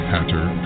Hatter